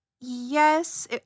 Yes